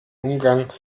umgang